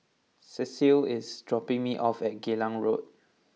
Cecile is dropping me off at Geylang Road